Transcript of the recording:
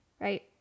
right